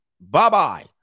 bye-bye